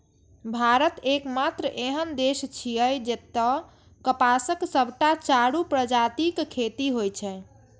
भारत एकमात्र एहन देश छियै, जतय कपासक सबटा चारू प्रजातिक खेती होइ छै